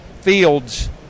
fields